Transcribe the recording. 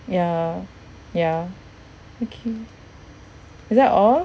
ya ya okay is that all